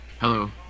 Hello